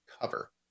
cover